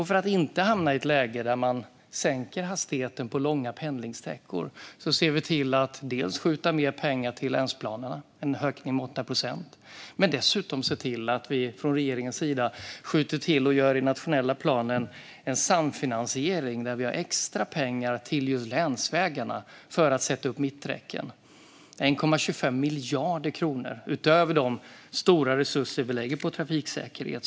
För att inte hamna i ett läge där man sänker hastigheten på långa pendlingssträckor ser vi till att dels skjuta mer pengar till länsplanerna, en ökning med 8 procent, dels att från regeringens sida i den nationella planen skjuta till och göra en samfinansiering där vi har extra pengar till länsvägarna för att sätta upp mitträcken - 1,25 miljarder kronor utöver de stora resurser vi lägger på trafiksäkerhet.